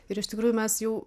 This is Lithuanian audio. ir iš tikrųjų mes jau